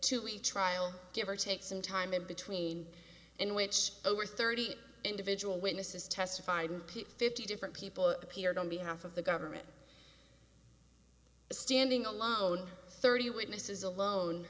each trial give or take some time in between and which over thirty individual witnesses testified and fifty different people appeared on behalf of the government standing alone thirty witnesses alone